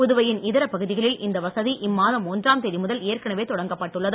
புதுவையின் இதர பகுதிகளில் இந்த வசதி இம் மாதம் ஒன்றாம் தேதி முதல் ஏற்கனவே தொடங்கப்பட்டுள்ளது